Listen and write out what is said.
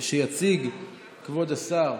שיציג כבוד השר